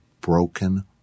broken